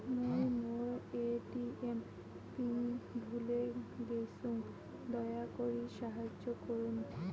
মুই মোর ATM pin ভুলে গেইসু, দয়া করি সাহাইয্য করুন